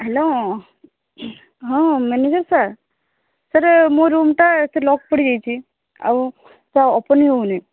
hello ହଁ manager sir sir ମୋ ରୁମ୍ଟା ସେ ଲକ୍ ପଡ଼ିଯାଇଛି ଆଉ ସାର୍ ଓପନ୍ ହିଁ ହଉନି